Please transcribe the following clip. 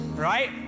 Right